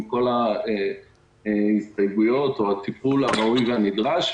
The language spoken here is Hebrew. עם כל ההסתייגויות או הטיפול הראוי והנדרש.